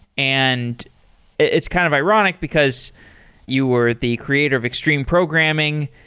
and it's kind of ironic, because you were the creator of extreme programming.